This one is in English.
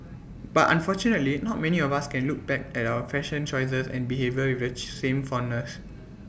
but unfortunately not many of us can look back at our fashion choices and behaviour which same fondness